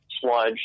sludge